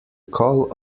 call